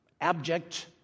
Abject